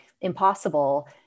impossible